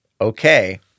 okay